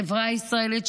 החברה הישראלית,